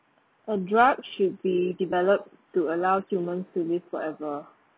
a drug should be developed to allow human to live forever